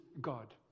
God